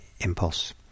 impulse